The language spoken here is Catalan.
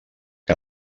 que